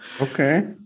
Okay